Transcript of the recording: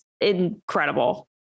incredible